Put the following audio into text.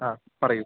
ആ പറയൂ